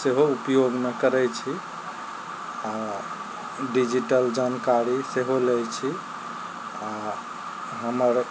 सेहो उपयोगमे करय छी आओर डिजिटल जानकारी सेहो लै छी आओर हमर